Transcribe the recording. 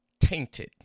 tainted